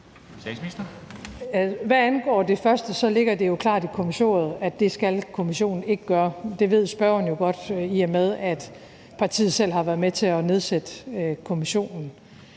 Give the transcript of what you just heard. Hvad angår det første, ligger det jo klart i kommissoriet, at det skal kommissionen ikke gøre. Det ved spørgeren jo godt, i og med at partiet selv har været med til at nedsætte kommissionen.